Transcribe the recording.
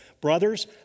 brothers